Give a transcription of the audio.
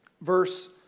verse